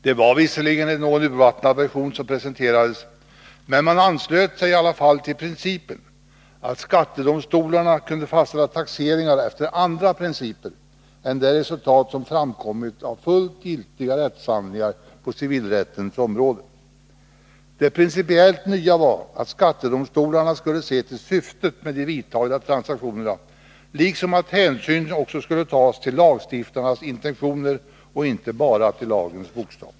Det var visserligen en något urvattnad version som presenterades, men man anslöt sig i alla fall till principen att skattedomstolarna kunde fastställa taxeringar efter andra principer än det resultat som hade framkommit av fullt giltiga rättshandlingar på civilrättens område. Det principiellt nya var att skattedomstolarna skulle se till syftet med de vidtagna transaktionerna liksom att hänsyn också skulle tas till lagstiftarnas intentioner och inte bara till lagens bokstav.